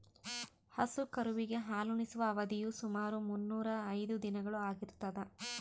ಹಸು ಕರುವಿಗೆ ಹಾಲುಣಿಸುವ ಅವಧಿಯು ಸುಮಾರು ಮುನ್ನೂರಾ ಐದು ದಿನಗಳು ಆಗಿರ್ತದ